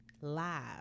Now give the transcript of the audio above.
live